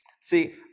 See